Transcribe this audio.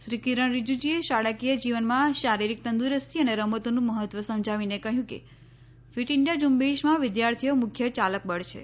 શ્રી કિરણ રીજીજૂએ શાળાકીય જીવનમાં શારીરિક તંદુરસ્તી અને રમતોનું મહત્વ સમજાવીને કહ્યું કે ફીટ ઇન્ડિયા ઝૂંબેશમાં વિદ્યાર્થીઓ મુખ્ય ચાલકબળ છે